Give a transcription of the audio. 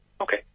Okay